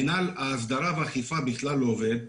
מינהל ההסדרה והאכיפה בכלל לא עובד.